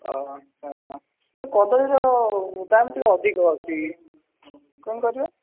ଆଚ୍ଛା ତ କଦଳୀର ଦାମ୍ ଟିକିଏ ଅଧିକ ଅଛି କ'ଣ କରିବା